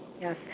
Yes